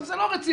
זה לא רציני.